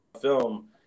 film